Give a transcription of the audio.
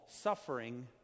suffering